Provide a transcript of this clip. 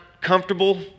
comfortable